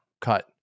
cut